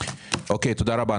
תודה רבה.